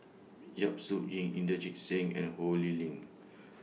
Yap Su Yin Inderjit Singh and Ho Lee Ling